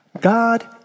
God